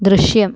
ദൃശ്യം